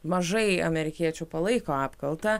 mažai amerikiečių palaiko apkaltą